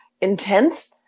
intense